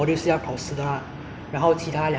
然后其它两三个都是那种